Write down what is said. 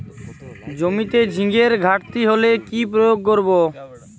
জমিতে জিঙ্কের ঘাটতি হলে কি প্রয়োগ করব?